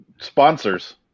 sponsors